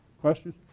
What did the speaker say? questions